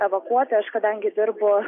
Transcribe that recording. evakuoti aš kadangi dirbu